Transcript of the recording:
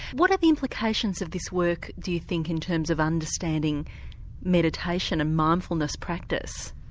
what are the implications of this work, do you think, in terms of understanding meditation and mindfulness practice?